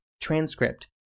transcript